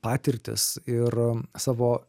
patirtis ir savo